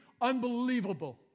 unbelievable